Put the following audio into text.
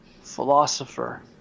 philosopher